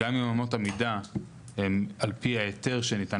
גם אם אמות המידה הן על פי ההיתר שניתן